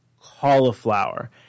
cauliflower